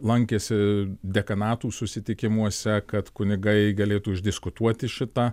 lankėsi dekanatų susitikimuose kad kunigai galėtų išdiskutuoti šitą